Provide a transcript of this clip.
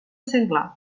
senglar